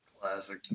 Classic